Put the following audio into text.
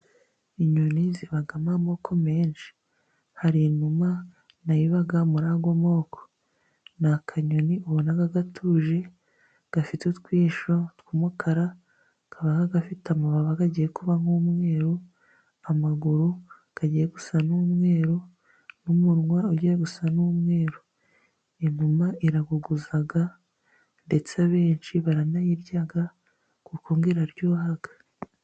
Inyoni zibamo amoko menshi, hari inuma nayo iba murayo moko, n'akanyoni ubona gatuje gafite utwiso tw'umukara, ikaba ifite amababa agiye kuba nk'umweru, amaguru agiye gusa n'umweru n'umunwa ugiye gusa n'umweru, inuma iraguguza ndetse abenshi baranayirya kuko ngo iraryoha.